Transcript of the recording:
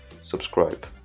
subscribe